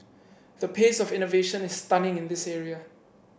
the pace of innovation is stunning in this area